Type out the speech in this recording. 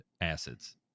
acids